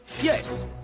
Yes